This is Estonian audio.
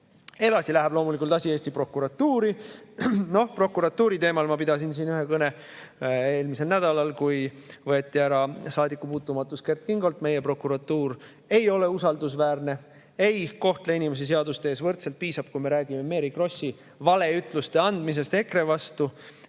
Edasi läheb loomulikult asi Eesti prokuratuuri. Prokuratuuri teemal ma pidasin siin ühe kõne eelmisel nädalal, kui võeti Kert Kingolt ära saadikupuutumatus. Meie prokuratuur ei ole usaldusväärne, ei kohtle inimesi seaduste ees võrdselt. Piisab, kui me räägime Mary Krossi valeütluste andmisest EKRE vastu,